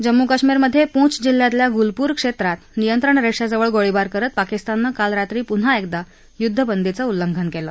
जम्मू काश्मीरमधे पूंछ जिल्ह्यातल्या गुलपूर क्षेत्रात नियंत्रण रेषेजवळ गोळीबार करत पाकिस्ताननं काल रात्री पुन्हा एकदा युद्धबंदीचं उल्लंघन केलं